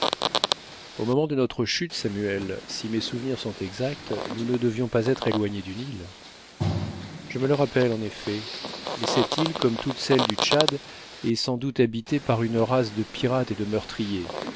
au moment de notre chute samuel si mes souvenirs sont exacts nous ne devions pas être éloignés d'une île je me le rappelle en effet mais cette île comme toutes celles du tchad est sans doute habitée par une race de pirates et de meurtriers